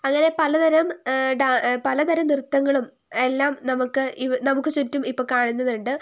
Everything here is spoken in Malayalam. അങ്ങനെ പലതരം പലതരം നൃത്തങ്ങളും എല്ലാം നമുക്ക് നമുക്ക് ചുറ്റും ഇപ്പോൾ കാണുന്നതുണ്ട്